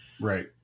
Right